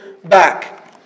back